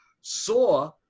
saw